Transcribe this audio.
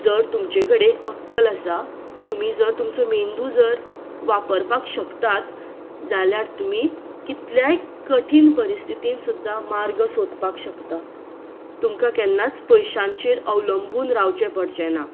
जर तुमचे कडेन अक्कल आसा तुमी जर तुमचो मेंदू जर वापरपाक शकतात जाल्यार तुमी कितल्याय कठीण परिस्थीन सुद्दां मार्ग सोदपाक शकता तुमकां केन्नाच पयशांचेर अवलबूंन रावचे पडचे ना